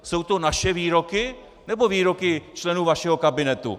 Jsou to naše výroky, nebo výroky členů vašeho kabinetu?